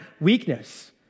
weakness